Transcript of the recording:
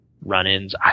run-ins